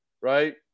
right